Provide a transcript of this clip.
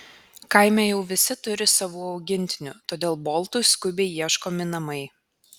kaime jau visi turi savų augintinių todėl boltui skubiai ieškomi namai